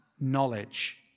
knowledge